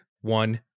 One